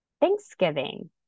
Thanksgiving